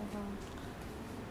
as in got say hi bye